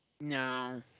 No